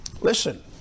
Listen